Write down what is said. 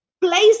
place